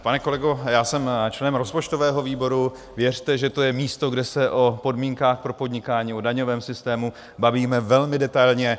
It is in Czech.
Pane kolego, já jsem členem rozpočtového výboru, věřte, že to je místo, kde se o podmínkách pro podnikání, o daňovém systému bavíme velmi detailně.